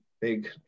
Big